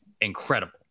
incredible